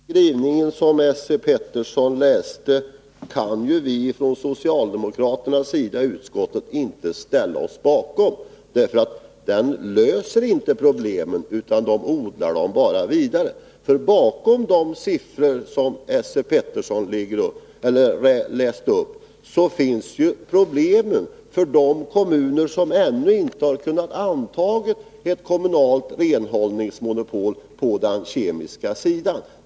Herr talman! Den skrivning som Esse Petersson läste upp kan vi socialdemokrater i utskottet inte ställa oss bakom. Den löser inte problemen utan odlar dem bara vidare. Bakom de siffror som Esse Petersson återgav finns problemen för de kommuner som ännu inte har kunnat anta ett kommunalt renhållningsmonopol på den kemiska sidan.